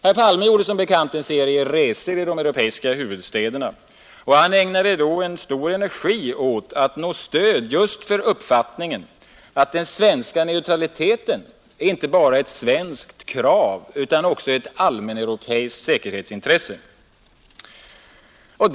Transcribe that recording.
Herr Palme gjorde som bekant en serie resor till de europeiska huvudstäderna, och han ägnade då stor energi åt att just nå stöd för uppfattningen att den svenska neutraliteten inte bara var ett svenskt krav utan också ett allmänt europeiskt säkerhetspolitiskt intresse.